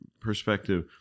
perspective